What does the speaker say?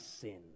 sin